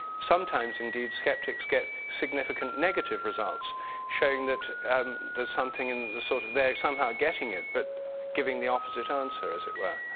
sometimes indeed, skeptics get significant negative results showing that there's something in the sort of they're somehow getting it but giving the opposite answers as it were.